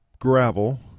gravel